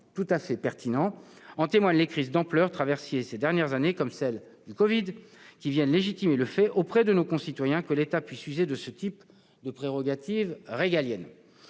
tout à fait pertinent. En témoignent les crises d'ampleur traversées ces dernières années, comme celle du covid-19, qui viennent légitimer auprès de nos concitoyens l'usage par l'État de ce type de prérogative régalienne.